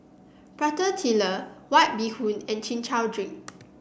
Prata Telur White Bee Hoon and Chin Chow Drink